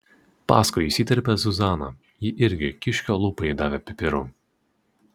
paskui įsiterpė zuzana ji irgi kiškio lūpai davė pipirų